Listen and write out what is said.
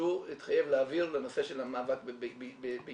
שהוא התחייב להעביר לנושא של המאבק בעישון.